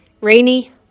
rainy